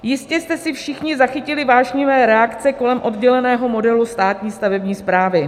Jistě jste všichni zachytili vášnivé reakce kolem odděleného modelu státní stavební správy.